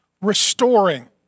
Restoring